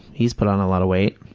he's put on a lot of weight,